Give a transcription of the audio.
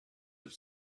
have